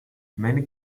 many